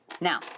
Now